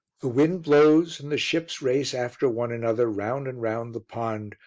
the wind blows and the ships race after one another round and round the pond,